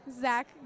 Zach